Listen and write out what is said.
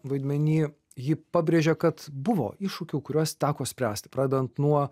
vaidmeny ji pabrėžė kad buvo iššūkių kuriuos teko spręsti pradedant nuo